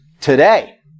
today